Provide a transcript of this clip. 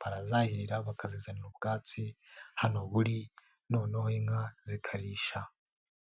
barazahirira bakazizanira ubwatsi hano buri noneho inka zikarisha.